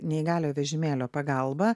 neįgaliojo vežimėlio pagalba